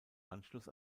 anschluss